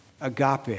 Agape